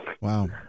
Wow